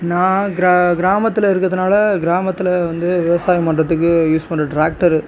நான் கிரா கிராமத்தில் இருக்கிறதுனால கிராமத்தில் வந்து விவசாயம் பண்ணுறதுக்கு யூஸ் பண்ணுற ட்ராக்டரு